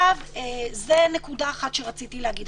זו נקודה אחת שרציתי להגיד.